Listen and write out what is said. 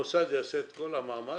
אז המוסד יעשה את כל המאמץ,